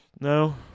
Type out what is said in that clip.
No